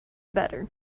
better